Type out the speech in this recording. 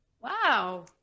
wow